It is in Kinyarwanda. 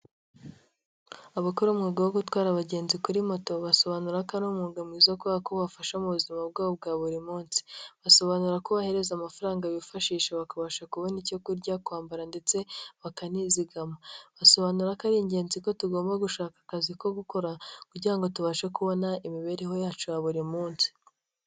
Abakora umwuga wo gutwara abagenzi kuri moto basobanura ko ari umwuga mwiza kubera ko ubafasha mu buzima bwabo bwa buri munsi. Basobanura ko ubahereza amafaranga bifashisha bakabasha kubona icyo kurya, kwambara, ndetse bakanizigama. Basobanura ko ari ingenzi ko tugomba gushaka akazi ko gukora, kugira ngo tubashe kubona imibereho yacu ya buri munsi.